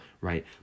right